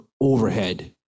overhead